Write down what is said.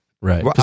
Right